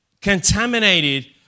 contaminated